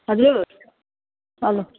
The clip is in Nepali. हजुर हेलो